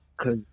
cause